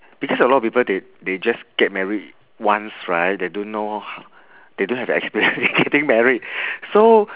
because a lot of people they they just get married once right they don't know they don't have the experience in getting married so